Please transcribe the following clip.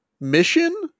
Mission